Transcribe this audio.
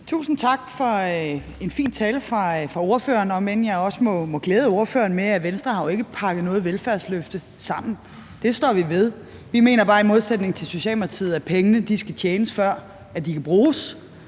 tusind tak for en fin tale fra ordføreren, om end jeg også må glæde ordføreren med, at Venstre jo ikke har pakket noget velfærdsløfte sammen – det står vi ved. Vi mener bare i modsætning til Socialdemokratiet, at pengene skal tjenes, før de kan bruges.